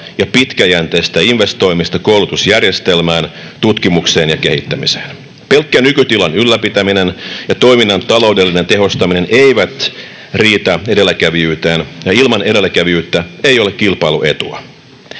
ja pitkäjänteistä investoimista koulutusjärjestelmään, tutkimukseen ja kehittämiseen. Pelkkä nykytilan ylläpitäminen ja toiminnan taloudellinen tehostaminen eivät riitä edelläkävijyyteen, ja ilman edelläkävijyyttä ei ole kilpailuetua.